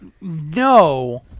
No